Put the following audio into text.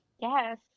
Yes